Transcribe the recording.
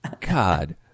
God